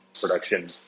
production